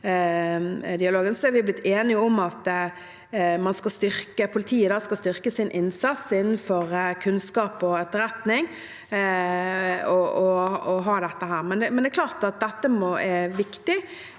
er vi blitt enige om at politiet skal styrke sin innsats innenfor kunnskap og etterretning. Det er klart at dette er viktig.